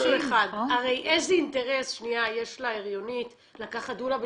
הרי איזה אינטרס יש להריונית לקחת דולה ב-7,000,